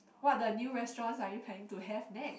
what're the new restaurants are you planning to have next